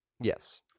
Yes